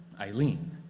Eileen